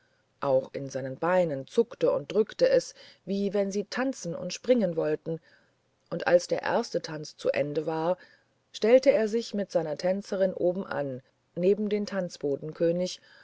auch in seinen beinen zuckte und drückte es wie wenn sie tanzen und springen wollten und als der erste tanz zu ende war stellte er sich mit seiner tänzerin obenan neben den